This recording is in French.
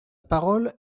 parole